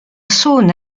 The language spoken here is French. saône